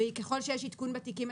ככל שיש עדכון בתיקים,